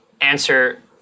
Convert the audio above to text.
answer